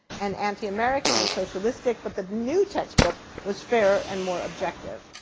and anti-american, and socialistic, but the new textbook was fairer and more objective.